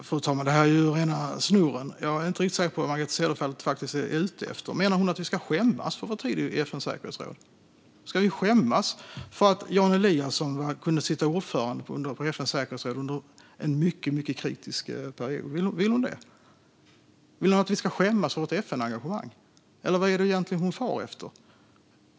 Fru talman! Det här är ju rena snurren. Jag är inte riktigt säker på vad Margareta Cederfelt faktiskt är ute efter. Menar hon att vi ska skämmas för vår tid i FN:s säkerhetsråd? Ska vi skämmas för att Jan Eliasson kunde sitta som ordförande i FN:s säkerhetsråd under en mycket kritisk period? Vill hon det? Vill hon att vi ska skämmas för vårt FN-engagemang, eller vad är det egentligen hon far efter?